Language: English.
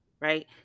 right